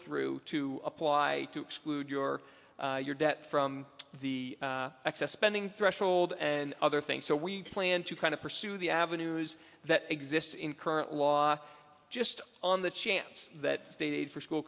through to apply to exclude your your debt from the excess spending threshold and other things so we plan to kind of pursue the avenues that exist in current law just on the chance that state aid for school